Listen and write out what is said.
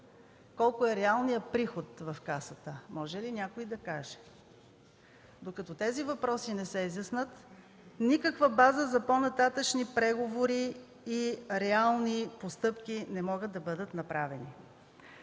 Колко е реалният приход в Касата – може ли някой да каже? Докато тези въпроси не се изяснят, никаква база за по-нататъшни преговори и реални постъпки не може да бъде направена.